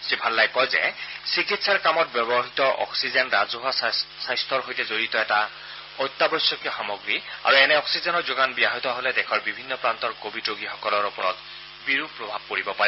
শ্ৰী ভাল্লাই কয় যে চিকিৎসাৰ কামত ব্যৱহাত অক্সিজেন ৰাজছৱা স্বাস্থ্যৰ সৈতে জড়িত অত্যাৱশ্যকীয় সামগ্ৰী আৰু এনে অক্সিজেনৰ যোগান ব্যাহত হলে দেশৰ বিভিন্ন প্ৰান্তৰ কোভিড ৰোগীসকলৰ ওপৰত বিৰূপ প্ৰভাৱ পৰিব পাৰে